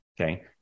Okay